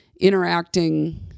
Interacting